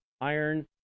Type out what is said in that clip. Iron